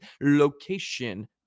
location